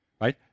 right